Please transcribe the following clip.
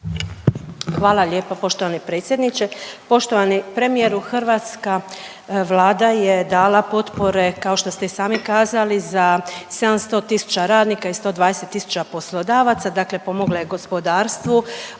Hvala lijepa poštovani predsjedniče. Poštovani premijeru. Hrvatska Vlada je dala potpore kao što ste i sami kazali za 700.000 radnika i 120.000 poslodavaca, dakle pomogla je gospodarstvu